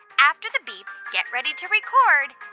after the beep, get ready to record